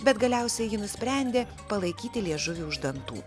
bet galiausiai nusprendė palaikyti liežuvį už dantų